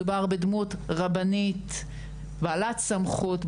מדובר בדמות רבנית בעלת סמכות,